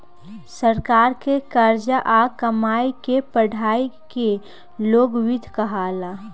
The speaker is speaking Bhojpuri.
सरकार के खर्चा आ कमाई के पढ़ाई के लोक वित्त कहाला